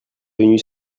venus